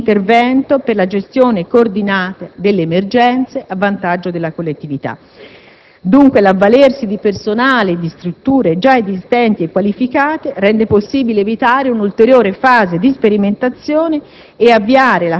sia quelli di intervento per la gestione coordinata delle emergenze, a vantaggio della collettività. Dunque, l'avvalersi di personale e di strutture già esistenti e qualificate rende possibile evitare un'ulteriore fase di sperimentazione